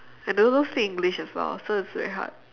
and they don't speak english as well so it's very hard